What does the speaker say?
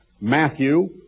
Matthew